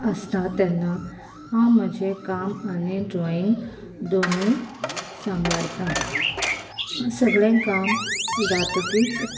आसता तेन्ना हांव म्हजें काम आनी ड्रॉईंग दोनूय सांबाळतां सगळें काम जातकीच